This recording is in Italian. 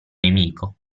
nemico